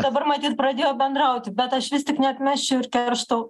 dabar matyt pradėjo bendrauti bet aš vis tik neatmesčiau ir keršto